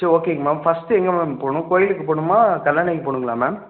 so ஓகேங்க ma'am first எங்கே ma'am போகணும் கோவிலுக்குப் போகணுமா கல்லணைக்கு போகணுங்களா மேம்